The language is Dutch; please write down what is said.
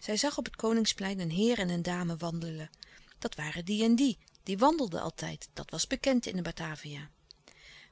zij zag op het koningsplein een heer en een dame wandelen dat waren die en die die wandelden louis couperus de stille kracht altijd dat was bekend in batavia